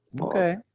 Okay